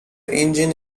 engine